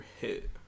hit